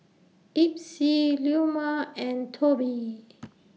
Epsie Leoma and Tobi